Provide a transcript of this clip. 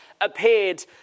appeared